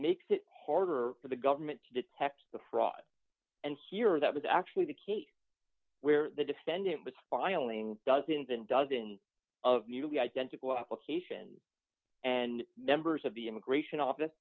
makes it harder for the government to detect the fraud and here that was actually the case where the defendant was filing dozens and dozens of nearly identical applications and members of the immigration office